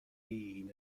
این